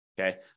Okay